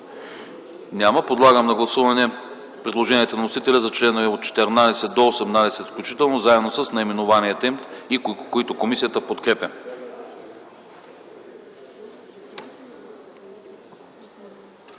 Няма. Подлагам на гласуване предложението на вносителя за членове от 14 до 18 включително, заедно с наименованията им, които комисията подкрепя.